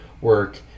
work